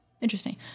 Interesting